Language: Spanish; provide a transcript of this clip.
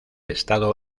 estado